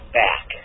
back